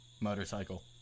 motorcycle